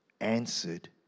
answered